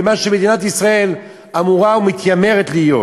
למה שמדינת ישראל אמורה או מתיימרת להיות.